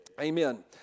Amen